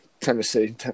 Tennessee